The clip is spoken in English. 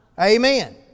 Amen